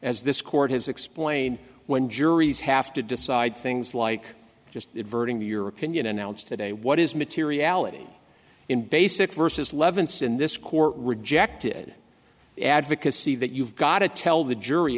as this court has explained when juries have to decide things like just adverting the your opinion announced today what is materiality in basic versus levenson this court rejected advocacy that you've got to tell the jury